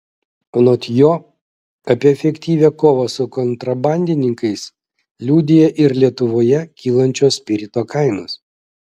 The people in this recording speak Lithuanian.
anot jo apie efektyvią kovą su kontrabandininkais liudija ir lietuvoje kylančios spirito kainos